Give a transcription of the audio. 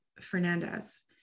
Fernandez